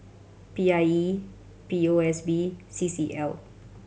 P I E P O S B C C L